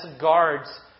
guards